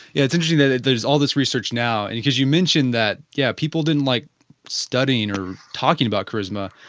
yeah it's interesting that there is all this research now and because you mentioned that yeah, people didn't like studying or talking about charisma.